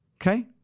okay